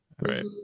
right